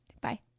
Bye